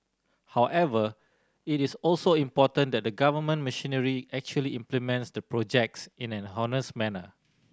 however it is also important that the government machinery actually implements the projects in an honest manner